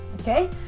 Okay